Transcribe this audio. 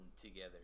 together